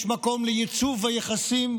יש מקום לייצוב היחסים